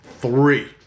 Three